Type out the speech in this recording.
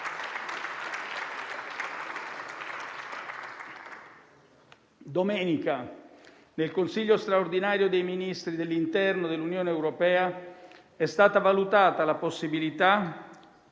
Domenica, nel Consiglio straordinario dei ministri dell'interno dell'Unione europea è stata valutata la possibilità